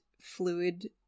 fluid